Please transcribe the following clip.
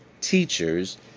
teachers